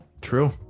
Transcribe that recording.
true